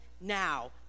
now